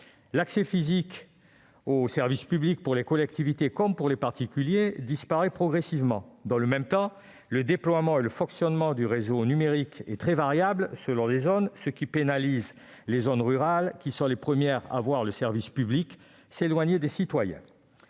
L'accès physique au service public pour les collectivités comme pour les particuliers disparaît petit à petit. Dans le même temps, le déploiement et le fonctionnement du réseau numérique sont très variables. Cela pénalise les zones rurales, qui sont les premières à voir le service public s'éloigner des citoyens.